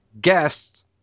guest